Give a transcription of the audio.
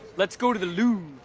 let's go to the louvre!